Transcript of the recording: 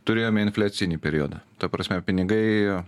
turėjome infliacinį periodą ta prasme pinigai